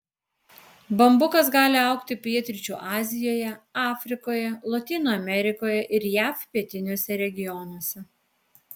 bambukas gali augti pietryčių azijoje afrikoje lotynų amerikoje ir jav pietiniuose regionuose